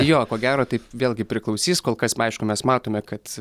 jo ko gero tai vėlgi priklausys kol kas aišku mes matome kad